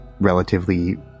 relatively